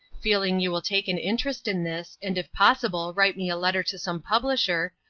feeling you will take an interest in this and if possible write me a letter to some publisher,